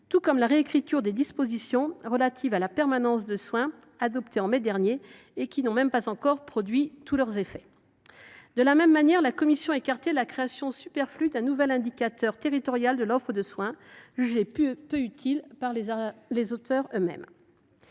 tout comme la réécriture des dispositions relatives à la permanence des soins adoptées au mois de mai dernier et qui n’ont même pas encore produit tous leurs effets. De la même manière, la commission a écarté la création superflue d’un nouvel indicateur territorial de l’offre de soins, jugé peu utile par les acteurs eux mêmes.